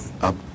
up